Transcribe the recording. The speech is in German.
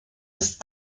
ist